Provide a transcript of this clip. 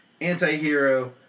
anti-hero